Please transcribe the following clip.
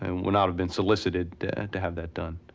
and would not have been solicited to have that done.